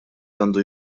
għandu